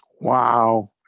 Wow